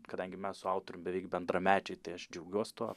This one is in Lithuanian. kadangi mes su autorium beveik bendramečiai tai aš džiaugiuos tuo